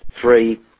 Three